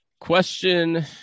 Question